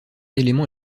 élément